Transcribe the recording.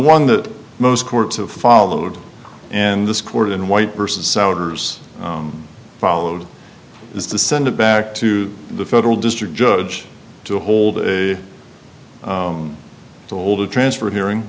one that most courts have followed and this court in white versus souders followed is to send it back to the federal district judge to hold it to hold a transfer hearing